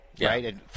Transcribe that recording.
right